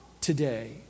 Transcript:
today